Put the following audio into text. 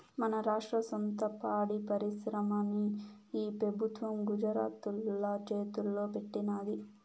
మన రాష్ట్ర సొంత పాడి పరిశ్రమని ఈ పెబుత్వం గుజరాతోల్ల చేతల్లో పెట్టినాది